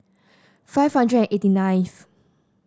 five hundred and eighty ninth